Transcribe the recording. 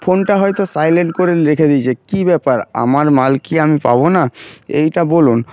ফোনটা হয়তো সাইলেন্ট করে রেখে দিয়েছে কি ব্যাপার আমার মাল কি আমি পাবো না এইটা বলুন